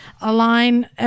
align